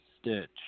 Stitch